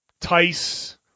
Tice